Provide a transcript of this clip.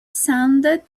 sounded